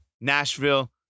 Nashville